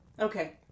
Okay